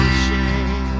shame